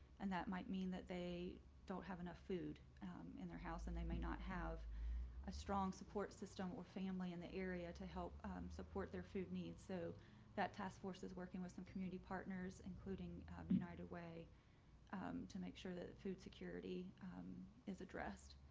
and that might mean that they don't have enough food in their house and they might not have a strong support system or family in the area to help support their food needs. so that task force is working with some community partners, including united way to make sure that food security is addressed.